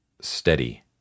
steady